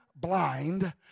blind